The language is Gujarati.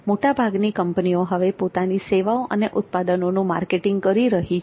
મોટાભાગની કંપનીઓ હવે પોતાની સેવાઓ અને ઉત્પાદનોનું માર્કેટિંગ કરી રહી છે